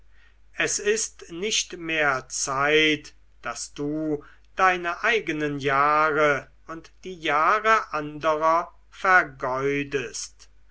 es ist nicht mehr zeit daß du deine eigenen jahre und die jahre anderer vergeudest